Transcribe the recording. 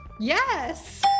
Yes